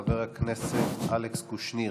חבר הכנסת אלכס קושניר,